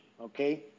okay